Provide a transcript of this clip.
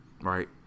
right